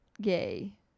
Gay